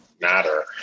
matter